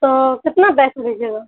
تو کتنا پیسہ لیجیے گا